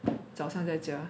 早上在家